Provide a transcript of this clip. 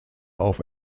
auf